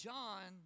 John